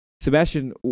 sebastian